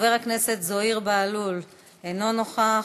חבר הכנסת זוהיר בהלול, אינו נוכח.